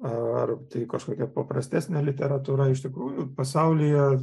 ar tai kažkokia paprastesnė literatūra iš tikrųjų pasaulyje